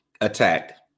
attacked